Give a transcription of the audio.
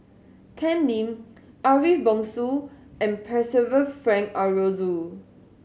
Ken Lim Ariff Bongso and Percival Frank Aroozoo